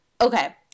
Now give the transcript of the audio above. Okay